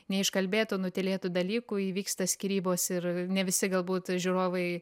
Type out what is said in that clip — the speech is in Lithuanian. neiškalbėtų nutylėtų dalykų įvyksta skyrybos ir ne visi galbūt žiūrovai